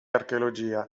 archeologia